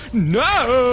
no